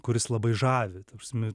kuris labai žavi ta prasme